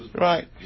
Right